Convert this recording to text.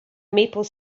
maple